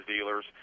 dealers